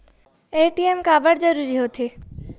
ATM काबर जरूरी हो थे?